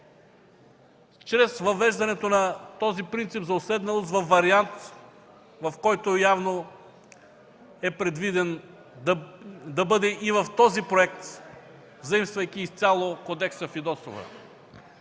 чрез въвеждането на този принцип за уседналост във вариант, който явно е предвиден да бъде и в този проект, взаимствайки изцяло кодекса Фидосова.